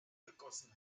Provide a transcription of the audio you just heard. gegossen